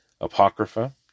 Apocrypha